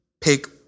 pick